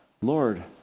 Lord